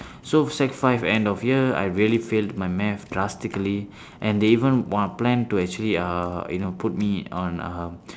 so sec five end of year I really fail my math drastically and they even want plan to actually uh you know put me on uh